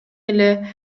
эле